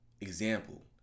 example